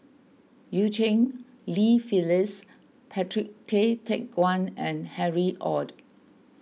Eu Cheng Li Phyllis Patrick Tay Teck Guan and Harry Ord